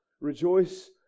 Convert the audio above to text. Rejoice